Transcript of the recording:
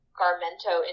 garmento